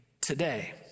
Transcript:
today